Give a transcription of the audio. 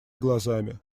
глазами